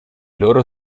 loro